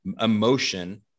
emotion